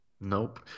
Nope